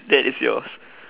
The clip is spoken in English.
that is yours